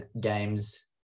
games